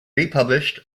republished